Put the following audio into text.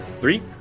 three